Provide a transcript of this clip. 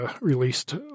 released